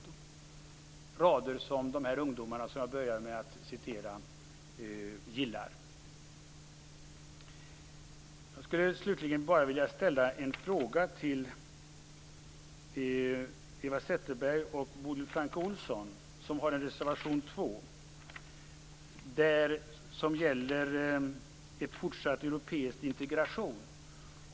Det är rader som de ungdomar som jag började med att referera till gillar. Jag vill slutligen bara ställa en fråga till Eva Zetterberg och Bodil Francke Ohlsson, som står bakom reservation 2. Den gäller en fortsatt europeisk integration.